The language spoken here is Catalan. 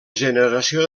generació